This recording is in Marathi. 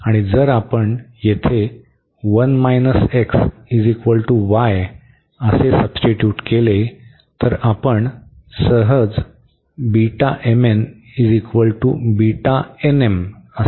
आणि जर आपण येथे 1 x y असे सबस्टिट्युट केले तर आपण सहज असे पाहू शकतो